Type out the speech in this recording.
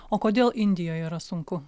o kodėl indijoj yra sunku